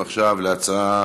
נעבור להצעה